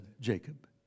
Jacob